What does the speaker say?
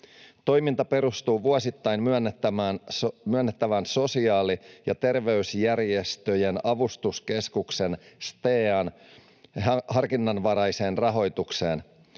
Toiminta perustuu vuosittain myönnettävään sosiaali- ja terveysjärjestöjen avustuskeskuksen STEAn harkinnanvaraiseen rahoitukseen.